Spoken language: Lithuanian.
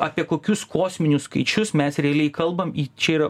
apie kokius kosminius skaičius mes realiai kalbam į čia yra